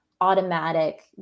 automatic